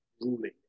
ruling